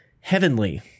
heavenly